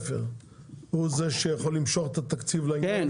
הוא זה שיכול למשוך את התקציב לעניין הזה?